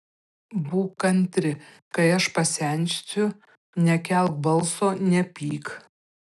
būk kantri kai aš pasensiu nekelk balso nepyk